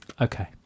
Okay